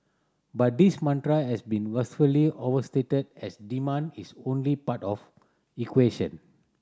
but this mantra has been vastly overstated as demand is only part of equation